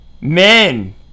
Men